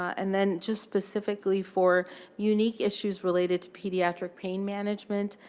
and then, just specifically for unique issues related to pediatric pain management,